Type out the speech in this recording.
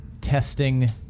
testing